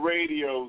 Radio